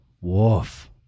woof